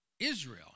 Israel